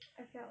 I felt